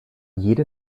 jede